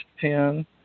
pin